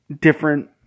different